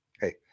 hey